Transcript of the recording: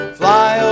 fly